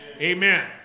Amen